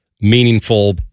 meaningful